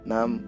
Nam